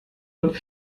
und